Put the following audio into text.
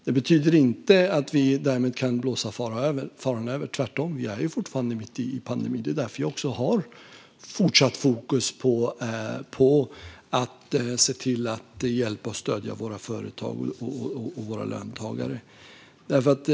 Det betyder inte att vi därmed kan blåsa faran över, tvärtom. Vi är fortfarande mitt i pandemin. Det är därför vi har fortsatt fokus på att se till att hjälpa och stödja våra företag och våra löntagare.